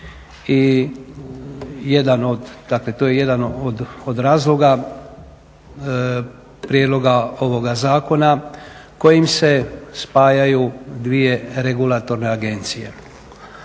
i to je jedan od razloga prijedloga ovoga zakona kojim se spajaju dvije regulatorne agencije.